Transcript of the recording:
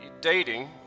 dating